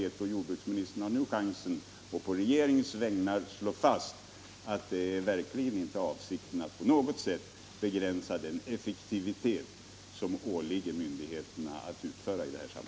Jord Om giftspridningen bruksministern har nu chansen att på regeringens vägnar slå fast att i Teckomatorp, det verkligen inte är meningen att på något sätt begränsa den effektivitet — m.m. det åligger myndigheterna att utveckla i detta fall.